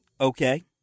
Okay